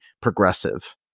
progressive